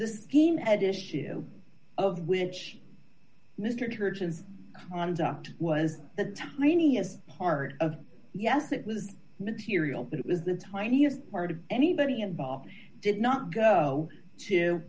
team at issue of which mr church's conduct was the tiniest part of yes it was material but it was the tiniest part of anybody involved did not go to